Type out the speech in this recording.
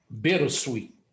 Bittersweet